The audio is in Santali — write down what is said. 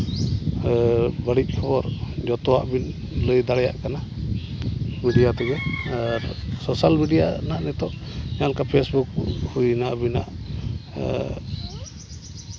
ᱵᱟᱹᱲᱤᱡ ᱠᱷᱚᱵᱚᱨ ᱡᱚᱛᱚᱣᱟᱜ ᱵᱤᱱ ᱞᱟᱹᱭ ᱫᱟᱲᱮᱭᱟᱜ ᱠᱟᱱᱟ ᱢᱤᱰᱤᱭᱟ ᱛᱮᱜᱮ ᱟᱨ ᱥᱳᱥᱟᱞ ᱢᱤᱰᱤᱭᱟ ᱨᱮᱱᱟᱜ ᱱᱤᱛᱚᱜ ᱡᱟᱦᱟᱸ ᱞᱮᱠᱟ ᱯᱷᱮᱥᱮᱵᱩᱠ ᱦᱩᱭᱮᱱᱟ ᱟᱹᱵᱤᱱᱟᱜ